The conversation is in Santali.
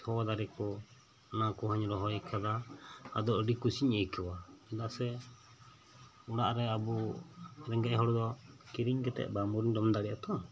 ᱥᱚ ᱫᱟᱨᱮ ᱠᱚ ᱚᱱᱟ ᱠᱚᱦᱚᱸᱧ ᱨᱚᱦᱚᱭ ᱠᱟᱫᱟ ᱟᱫᱚ ᱟᱰᱤ ᱠᱩᱥᱤᱧ ᱟᱹᱭᱠᱟᱹᱣᱟ ᱪᱮᱫᱟᱜ ᱥᱮ ᱚᱲᱟᱜ ᱨᱮ ᱟᱵᱚ ᱨᱮᱸᱜᱮᱡ ᱦᱚᱲ ᱫᱚ ᱠᱤᱨᱤᱧ ᱠᱟᱛᱮᱫ ᱵᱟᱝᱵᱚᱱ ᱡᱚᱢ ᱫᱟᱲᱮᱭᱟᱜᱼᱟ ᱛᱚ